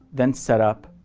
then setup,